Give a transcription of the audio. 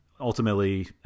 Ultimately